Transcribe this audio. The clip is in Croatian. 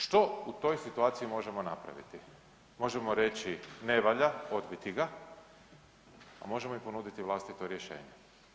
Što u toj situaciji možemo napraviti? možemo reći ne valja, odbiti ga, a možemo i ponuditi vlastito rješenje.